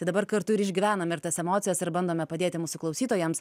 tai dabar kartu ir išgyvename ir tas emocijas ir bandome padėti mūsų klausytojams